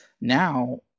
now